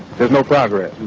there's no progress.